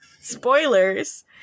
Spoilers